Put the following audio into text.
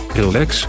relax